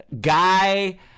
guy